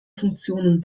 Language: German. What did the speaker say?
funktionen